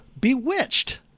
Bewitched